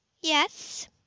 Yes